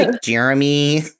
Jeremy